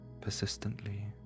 persistently